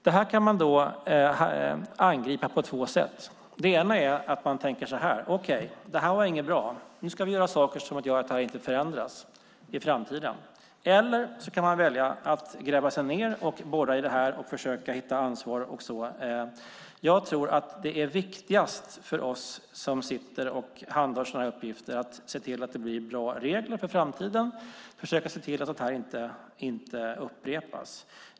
Detta kan man angripa på två sätt. Det ena är att man tänker: Okej, det här var inte bra - nu ska vi göra saker så att det förändras i framtiden. Det andra sättet är att välja att gräva ned sig och borra i detta för att försöka hitta ansvar och så. Jag tror att det viktigaste för oss som sitter och handhar sådana här uppgifter är att se till att det blir bra regler för framtiden så att sådant här inte upprepas.